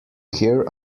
hear